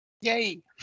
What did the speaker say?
Yay